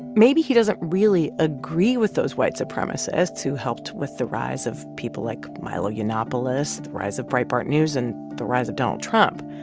maybe he doesn't really agree with those white supremacists who helped with the rise of people like milo yiannopoulos, the rise of breitbart news and the rise of donald trump.